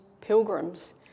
pilgrims